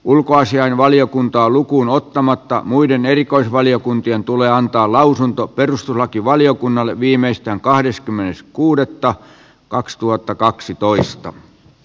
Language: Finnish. ulkoasiainvaliokuntaa lukuunottamatta muiden erikoisvaliokuntien tulee antaa lausunto perustuslakivaliokunnalle viimeistään kahdeskymmenes kuudetta kaksituhattakaksitoista s